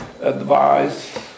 advice